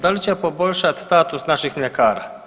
Da li će poboljšat status naših mljekara?